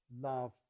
love